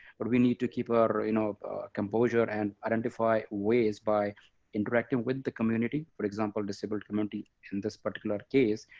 but we need to keep our ah you know composure and identify ways by interacting with the community for example, disabled community in this particular case.